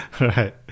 Right